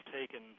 taken